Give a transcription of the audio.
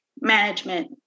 management